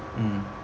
mm